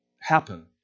happen